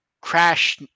crash